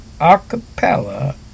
acapella